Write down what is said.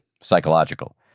psychological